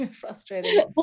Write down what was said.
frustrating